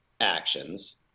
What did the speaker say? actions